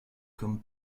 comme